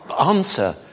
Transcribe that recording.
answer